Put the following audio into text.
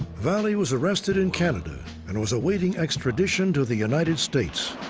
vallee was arrested in canada and was awaiting extradition to the united states.